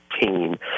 team